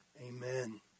amen